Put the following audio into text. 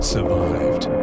Survived